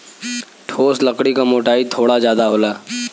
ठोस लकड़ी क मोटाई थोड़ा जादा होला